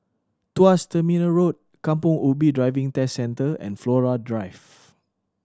Tuas Terminal Road Kampong Ubi Driving Test Centre and Flora Drive